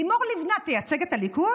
לימור לבנת תייצג את הליכוד?